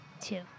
Two